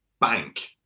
bank